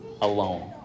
alone